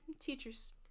teachers